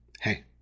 Hey